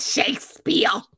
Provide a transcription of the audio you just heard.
Shakespeare